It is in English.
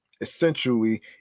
essentially